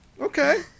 Okay